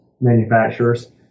manufacturers